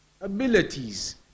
abilities